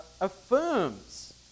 affirms